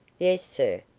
yes, sir,